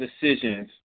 decisions